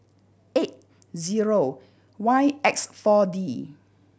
eight zero Y X Four D